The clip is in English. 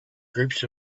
groups